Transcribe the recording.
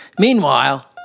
Meanwhile